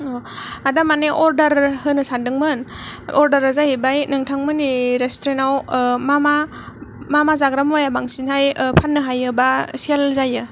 आदा मानि अर्डार होनो सानदोंमोन अर्डारा जाहैबाय नोंथां मोननि रेस्ट्रेन्टआव मा मा जाग्रा मुवाया बांसिनहाय फान्नो हायो बा सेल जायो